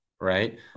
right